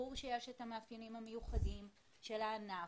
ברור שיש את המאפיינים המיוחדים של הענף.